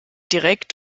direkt